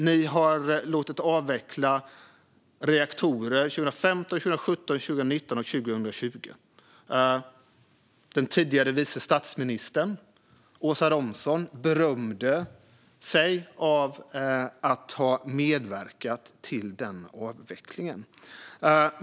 Ni har låtit avveckla reaktorer 2015, 2017, 2019 och 2020. Den tidigare vice statsministern Åsa Romson berömde sig av att ha medverkat till den avvecklingen.